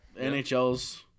nhl's